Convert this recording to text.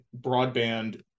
broadband